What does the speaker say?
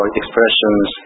expressions